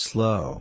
Slow